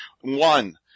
One